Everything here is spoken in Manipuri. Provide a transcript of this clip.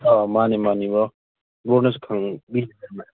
ꯃꯥꯅꯤ ꯃꯥꯅꯤ ꯕ꯭ꯔꯣ ꯕ꯭ꯔꯣꯅꯁꯨ ꯈꯪꯕꯤ ꯂꯩꯔꯝꯃꯦ